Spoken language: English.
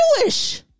Jewish